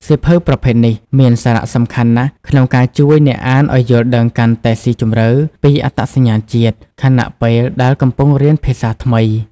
សៀវភៅប្រភេទនេះមានសារៈសំខាន់ណាស់ក្នុងការជួយអ្នកអានឲ្យយល់ដឹងកាន់តែស៊ីជម្រៅពីអត្តសញ្ញាណជាតិ ខណៈពេលដែលកំពុងរៀនភាសាថ្មី។